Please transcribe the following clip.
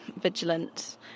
vigilant